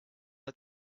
let